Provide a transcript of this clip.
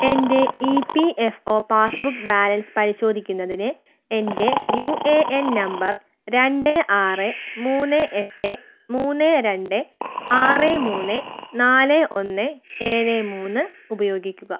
എൻ്റെ E P F O passbook balance പരിശോധിക്കുന്നതിന് എൻ്റെ യു എ എൻ നമ്പർ രണ്ട് ആറ് മൂന്ന് എട്ട് മൂന്ന് രണ്ട് ആറ് മൂന്ന് നാല് ഒന്ന് ഏഴ് മൂന്ന് ഉപയോഗിക്കുക